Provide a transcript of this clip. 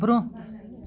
برٛۄنٛہہ